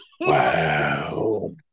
Wow